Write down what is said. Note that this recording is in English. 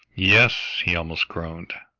yes! he almost groaned.